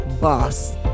boss